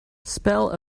spell